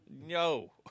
No